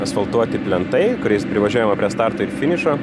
asfaltuoti plentai kuriais privažiavo prie starto ir finišo